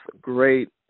great